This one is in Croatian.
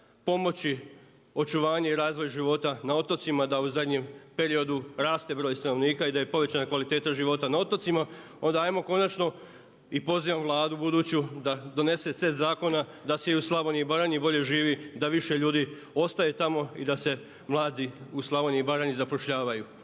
pomoći očuvanje i razvoj života na otocima da u zadnjem periodu raste broj stanovnika i da je povećana kvaliteta života na otocima onda ajmo konačno i pozivam Vladu buduću da donese set zakona da se i u Slavoniji i Baranji bolje živi, da više ljudi ostaje tamo i da se mladi u Slavoniji i Baranji zapošljavaju